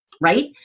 right